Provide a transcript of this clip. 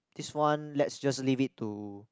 this one lets just leave it to